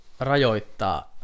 Rajoittaa